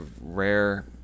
rare